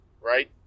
right